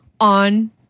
on